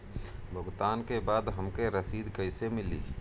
भुगतान के बाद हमके रसीद कईसे मिली?